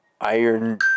Iron